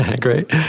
great